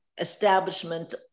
establishment